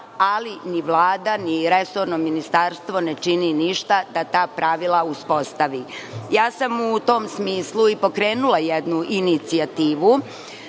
ali ni Vlada, ni resorno ministarstvo ne čine ništa da pravila uspostavi.U tom smislu sam i pokrenula jednu inicijativu